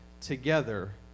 together